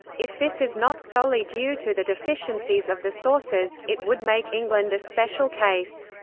if this is not solely due to the deficiencies of the sources, it would make england a special case.